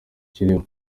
kirimo